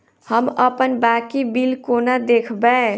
हम अप्पन बाकी बिल कोना देखबै?